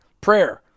prayer